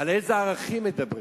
על אילו ערכים מדברים,